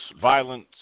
violence